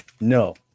No